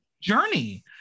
journey